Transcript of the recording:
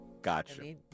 Gotcha